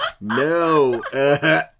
No